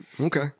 Okay